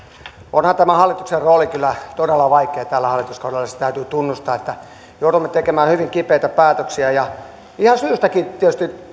onhan tämä hallituksen rooli kyllä todella vaikea tällä hallituskaudella se täytyy tunnustaa että joudumme tekemään hyvin kipeitä päätöksiä ja ihan syystäkin tietysti